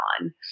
on